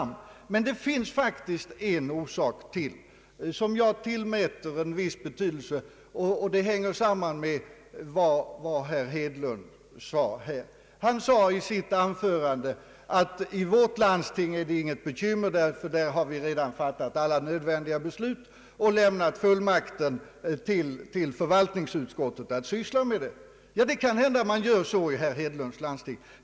Men det finns faktiskt ytterligare en orsak som jag tillmäter en viss betydelse, och den hänger samman med vad herr Hedlund nyss sade: i hans landsting är det inget bekymmer, ty där har man redan fattat alla nödvändiga beslut och lämnat fullmakt till förvaltningsutskottet att syssla med ärendet. Det är möjligt att man gör så i herr Hedlunds landsting.